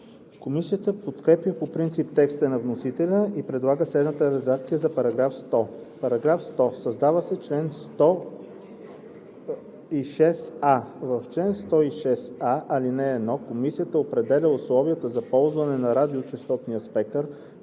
Комисията подкрепя по принцип текста на вносителя и предлага следната редакция за § 100: „§ 100. Създава се чл. 106а: „Чл. 106а. (1) Комисията определя условията за ползване на радиочестотен спектър